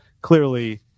clearly